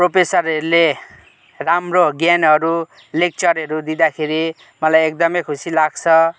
प्रोफेसरहरूले राम्रो ज्ञानहरू लेक्चरहरू दिँदाखेरि मलाई एकदमै खुसी लाग्छ